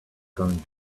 going